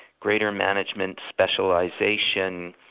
greater management specialisation,